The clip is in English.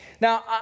Now